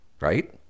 right